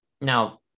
Now